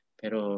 pero